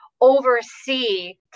oversee